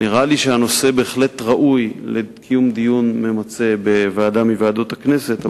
נראה לי שהנושא בהחלט ראוי לדיון ממצה בוועדה מוועדות הכנסת,